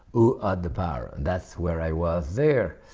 who ah had the power and that's where i was there.